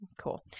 Cool